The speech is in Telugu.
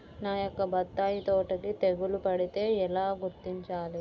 నా యొక్క బత్తాయి తోటకి తెగులు పడితే ఎలా గుర్తించాలి?